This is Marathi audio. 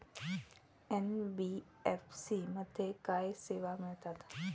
एन.बी.एफ.सी मध्ये काय सेवा मिळतात?